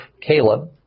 Caleb